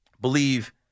believe